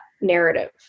narrative